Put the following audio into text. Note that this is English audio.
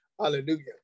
Hallelujah